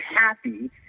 happy